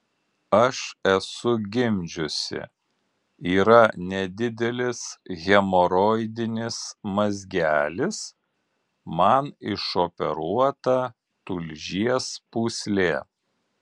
aš esu gimdžiusi yra nedidelis hemoroidinis mazgelis man išoperuota tulžies pūslė